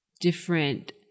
different